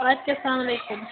اَدٕ کیٛاہ السلامُ علیکُم